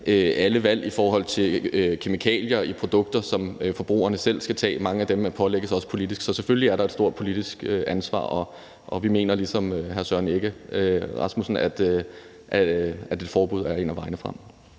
alle valg i forhold til kemikalier i produkter, som forbrugerne selv kan tage. Mange af dem pålægges også politisk. Så selvfølgelig er der et stort politisk ansvar, og vi mener ligesom hr. Søren Egge